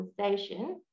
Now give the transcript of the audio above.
conversation